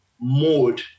mode